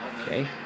okay